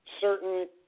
certain